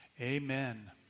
Amen